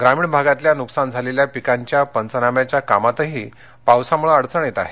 ग्रामीण भागातल्या नुकसान झालेल्या पिकांच्या पंचनाम्याच्या कामातही पावसामूळं अडचण येत आहे